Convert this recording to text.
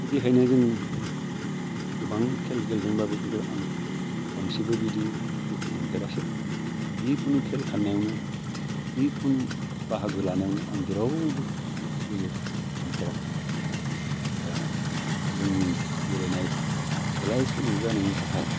बिदिखायनो जों गोबां खेला गेलेदोंब्लाबो खिन्थु आं खनसेबो बिदि दुखु मोनफेरासै जिखुनु खेला खारनायावनो जिखुनु बाहागो लानायावनो आं जेरावबो जेबो मोनथायाखिसै दा जोंनि गेलेनाय सोलाय सोल' जानायनि थाखाय